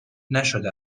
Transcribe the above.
نشده